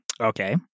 Okay